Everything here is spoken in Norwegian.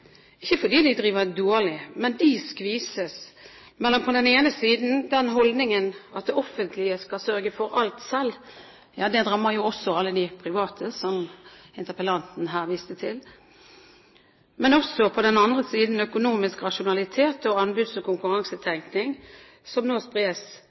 Ikke fordi de driver dårlig, men de skvises mellom på den ene siden den holdningen at det offentlige skal sørge for alt selv – det rammer jo også alle de private, som interpellanten her viste til – og på den andre siden økonomisk rasjonalitet og anbuds- og konkurransetenkning, som nå spres